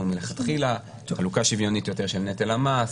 מלכתחילה: חלוקה שוויונית יותר של נטל המס,